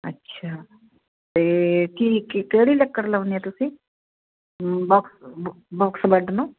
ਅੱਛਾ ਅਤੇ ਠੀਕ ਕੀ ਕੀ ਕਿਹੜੀ ਲੱਕੜ ਲਾਉਂਦੇ ਹੈ ਤੁਸੀਂ ਬਕਸ ਬ ਬੋਕਸ ਬੈੱਡ ਨੂੰ